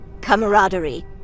camaraderie